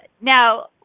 now